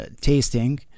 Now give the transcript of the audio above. tasting